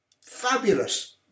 fabulous